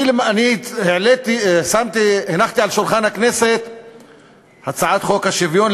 אני הנחתי על שולחן הכנסת את הצעת חוק השוויון.